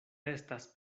estas